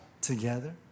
together